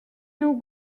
nos